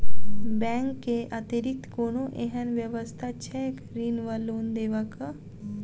Bank केँ अतिरिक्त कोनो एहन व्यवस्था छैक ऋण वा लोनदेवाक?